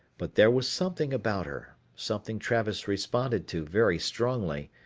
but there was something about her, something travis responded to very strongly,